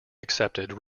accepted